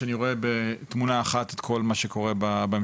שאני רואה בתמונה אחת את כל מה שקורה בממשלה.